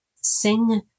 Sing